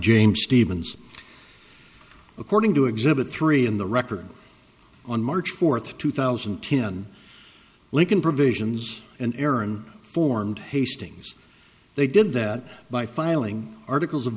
james stevens according to exhibit three in the record on march fourth two thousand and ten lincoln provisions and aaron formed hastings they did that by filing articles of